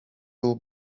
był